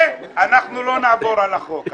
ואנחנו לא נעבור על החוק.